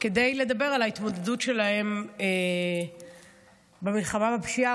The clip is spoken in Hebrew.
כדי לדבר על ההתמודדות שלהם במלחמה בפשיעה,